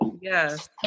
Yes